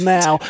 now